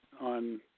on